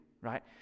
right